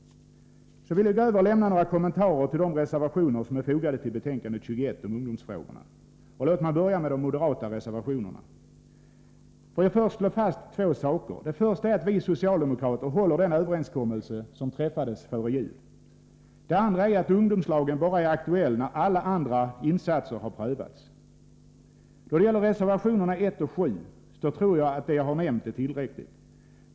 Så vill jag göra några kommentarer till de reservationer som är fogade till betänkande 21 om ungdomsfrågorna. Låt mig börja med de moderata reservationerna och från början slå fast två saker. Den första är att vi socialdemokrater håller den överenskommelse som träffades före jul. Den andra är att ungdomslagen bara är aktuella när alla andra arbetsmarknadspolitiska insatser har prövats. Då det gäller reservationerna 1 och 7 tror jag att det jag har nämnt är tillräckligt.